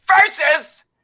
versus